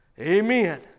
Amen